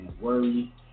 worry